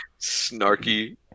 Snarky